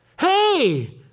Hey